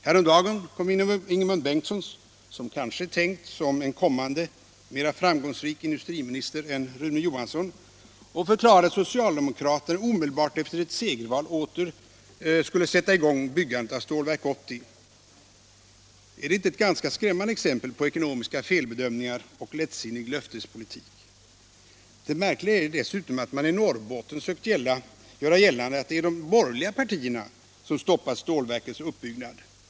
Häromdagen kom Ingemund Bengtsson, som kanske är tänkt som en kommande mera framgångsrik industriminister än Rune Johansson, och förklarade att socialdemokraterna omedelbart efter ett segerval åter kommer att sätta i gång byggandet av Stålverk 80. Är det inte ett ganska skrämmande exempel på ekonomiska felbedömningar och lättsinnig löftespolitik? Det märkliga är dessutom att man i Norrbotten söker göra gällande att det är de borgerliga partierna som stoppat stålverkets utbyggnad.